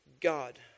God